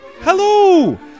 hello